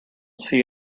see